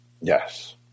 Yes